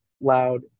loud